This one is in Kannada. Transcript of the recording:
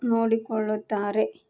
ನೋಡಿಕೊಳ್ಳುತ್ತಾರೆ